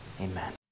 Amen